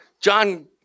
John